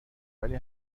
ولی